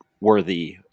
worthy